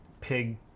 pig